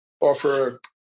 offer